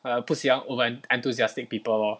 我很不喜欢 over en~ enthusiastic people lor